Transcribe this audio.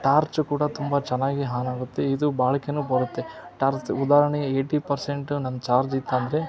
torch ಕೂಡ ತುಂಬ ಚೆನ್ನಾಗಿ ಹಾನ್ ಆಗುತ್ತೆ ಇದು ಬಾಳಿಕೆನೂ ಬರುತ್ತೆ ಟಾರ್ಚ್ ಉದಾಹರ್ಣೆಗೆ ಏಯ್ಟಿ ಪರ್ಸೆಂಟು ನನ್ನ ಚಾರ್ಜ್ ಇತ್ತಂದರೆ